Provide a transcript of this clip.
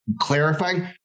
clarifying